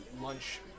lunch